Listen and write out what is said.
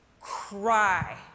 cry